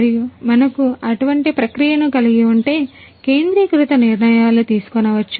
మరియు మనకు అటువంటి ప్రక్రియను కలిగి ఉంటే కేంద్రీకృత నిర్ణయాలు తీసుకొనవచ్చు